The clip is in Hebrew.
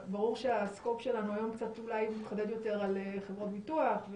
ברור שהמנעד שלנו היום קצת אולי מתחדד יותר על חברות ביטוח,